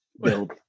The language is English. build